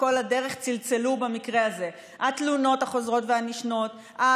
כל הדרך נדלקו במקרה הזה: התלונות החוזרות והנשנות,